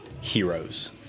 heroes